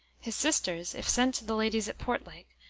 his sisters, if sent to the ladies at portlake,